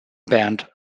band